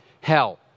Hell